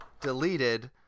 deleted